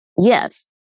Yes